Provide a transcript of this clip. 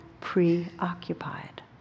preoccupied